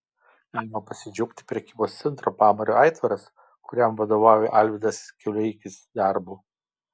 galima pasidžiaugti prekybos centro pamario aitvaras kuriam vadovauja alvydas kiauleikis darbu